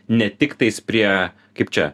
ne tiktais prie kaip čia